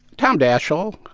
tom daschle, um